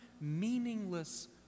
meaningless